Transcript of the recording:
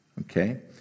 Okay